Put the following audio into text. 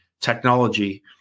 technology